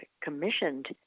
commissioned